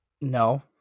No